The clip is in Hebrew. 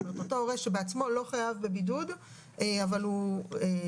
זאת אומרת אותו הורה שבעצמו לא חייב בבידוד אבל הוא נשאר